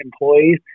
employees